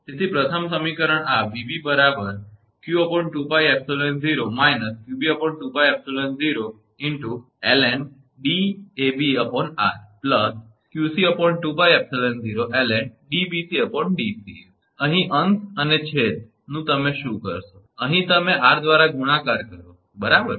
તેથી પ્રથમ સમીકરણ આ 𝑉𝑎𝑏 𝑞𝑎2𝜋𝜖𝑜−𝑞𝑏2𝜋𝜖𝑜ln𝐷𝑎𝑏𝑟 𝑞𝑐2𝜋𝜖𝑜ln𝐷𝑏𝑐𝐷𝑐𝑎 છે તમે અહીં અંશ અને છેદ શું કરશો અહીં તમે r દ્વારા ગુણાકાર કરો બરાબર